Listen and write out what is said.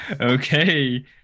Okay